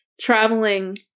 traveling